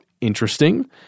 Interesting